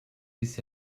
ließ